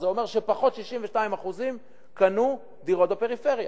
זה אומר שפחות 62% קנו דירות בפריפריה,